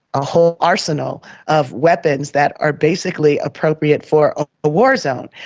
a whole arsenal of weapons that are basically appropriate for ah a war zone.